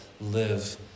live